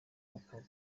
bagakura